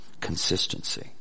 consistency